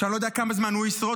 שאני לא יודע כמה זמן הוא ישרוד,